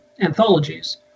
anthologies